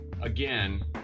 again